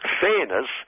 fairness